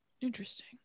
Interesting